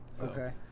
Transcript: Okay